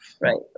right